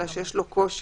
אלא שיש לו קושי,